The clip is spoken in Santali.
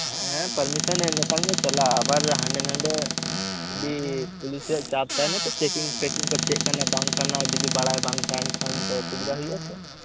ᱦᱮᱸ ᱯᱟᱨᱢᱤᱥᱚᱱ ᱮᱢ ᱞᱮᱠᱷᱟᱱ ᱜᱮ ᱪᱟᱞᱟᱜ ᱟ ᱮᱵᱟᱨ ᱦᱟᱸᱰᱮ ᱱᱟᱸᱰᱮ ᱟ ᱰᱤ ᱯᱩᱞᱤᱥᱟᱜ ᱪᱟᱨᱡ ᱛᱟᱦᱮᱱᱟ ᱛᱚ ᱪᱮᱠᱮᱝ ᱯᱷᱮᱠᱤᱝ ᱠᱚ ᱪᱮᱫ ᱠᱟᱱᱟ ᱵᱟᱝ ᱠᱟᱱᱟ ᱡᱚᱫᱤ ᱵᱟᱲᱟᱭ ᱵᱟᱝ ᱛᱟᱦᱮᱱ ᱠᱷᱟᱱ ᱫᱚ ᱚᱥᱩᱵᱤᱫᱷᱟ ᱦᱩᱭᱩᱜ ᱟ ᱛᱚ